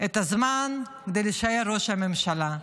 את הזמן כדי להישאר ראש הממשלה.